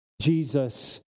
Jesus